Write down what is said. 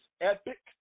epic